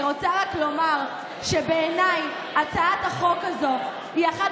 אני רוצה רק לומר שבעיניי הצעת החוק הזו היא אחת